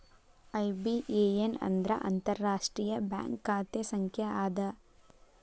IBAN ಅಂದ್ರ ಅಂತಾರಾಷ್ಟ್ರೇಯ bank ಖಾತೆ ಸಂಖ್ಯಾ ಅದ